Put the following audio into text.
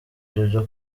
jojo